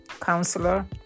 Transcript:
counselor